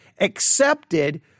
accepted